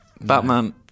Batman